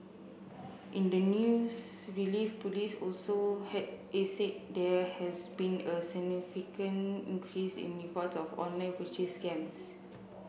in the news release police also said there has been a significant increase in report of online purchase scams